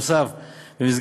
נוסף על כך,